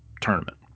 tournament